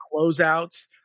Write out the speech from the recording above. closeouts